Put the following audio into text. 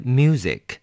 music